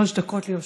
שלוש דקות לרשותך.